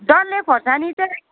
डल्ले खोर्सानी चाहिँ